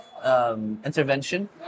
Intervention